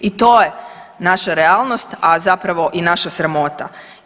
I to je naša realnost, a zapravo i naša sramota.